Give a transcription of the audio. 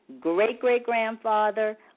great-great-grandfather